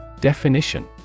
definition